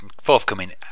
forthcoming